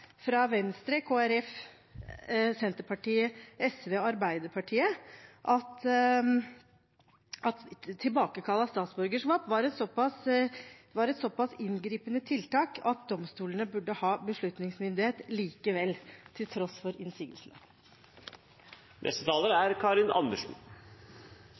Venstre, Kristelig Folkeparti, Senterpartiet, SV og Arbeiderpartiet, at tilbakekall av statsborgerskap var et såpass inngripende tiltak at domstolene burde ha beslutningsmyndighet likevel, til tross for